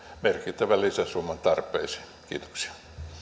merkittävän lisäsumman tarpeisiin kiitoksia